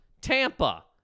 Tampa